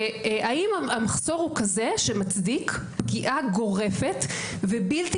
והאם המחסור הוא כזה שמצדיק פגיעה גורפת ובלתי